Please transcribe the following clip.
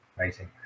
amazing